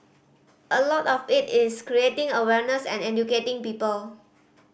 a lot of it is creating awareness and educating people